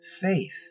Faith